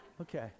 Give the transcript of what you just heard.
Okay